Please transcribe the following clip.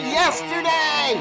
yesterday